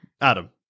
Adam